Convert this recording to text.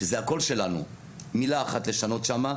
שזה הכול שלנו, מילה אחת לשנות שם.